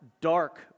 dark